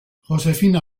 josefina